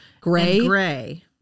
gray